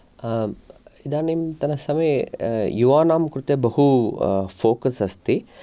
इदानीन्तनसमये युवानां कृते बहु फोकस् अस्ति